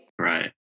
Right